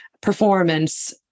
performance